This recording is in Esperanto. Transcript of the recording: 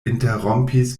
interrompis